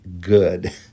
Good